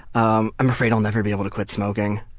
um i'm afraid i'll never be able to quit smoking.